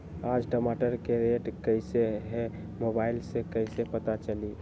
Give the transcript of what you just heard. आज टमाटर के रेट कईसे हैं मोबाईल से कईसे पता चली?